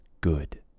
good